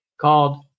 called